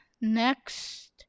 next